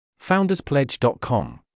FoundersPledge.com